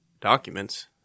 documents